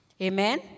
Amen